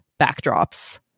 backdrops